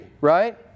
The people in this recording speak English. right